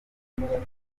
ashimira